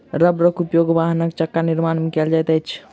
रबड़क उपयोग वाहनक चक्का निर्माण में कयल जाइत अछि